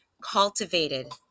cultivated